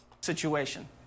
Situation